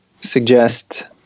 suggest